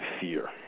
fear